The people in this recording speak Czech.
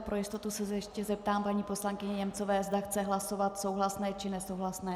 Pro jistotu se ještě zeptám paní poslankyně Němcové, zda chce hlasovat souhlasné, či nesouhlasné.